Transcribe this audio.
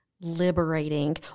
liberating